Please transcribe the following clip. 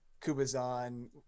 Kubazan